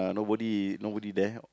like nobody nobody there